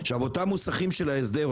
אותם מוסכי הסדר,